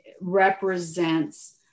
represents